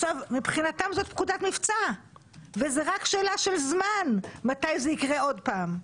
מבחינתם זאת פקודת מבצע וזו רק שאלה של זמן מתי זה יקרה עוד פעם.